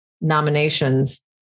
nominations